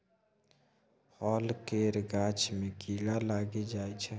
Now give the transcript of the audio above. फल केर गाछ मे कीड़ा लागि जाइ छै